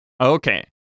Okay